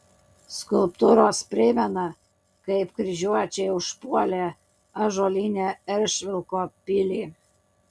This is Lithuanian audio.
skulptūros primena kaip kryžiuočiai užpuolė ąžuolinę eržvilko pilį